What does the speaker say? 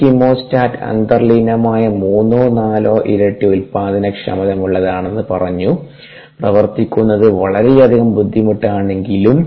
ഒരു കീമോസ്റ്റാറ്റ് അന്തർലീനമായി മൂന്നോ നാലോ ഇരട്ടി ഉൽപാദനക്ഷമതയുള്ളതാണെന്ന് പറഞ്ഞു പ്രവർത്തിപ്പിക്കുന്നത് വളരെയധികം ബുദ്ധിമുട്ടാണെങ്കിലും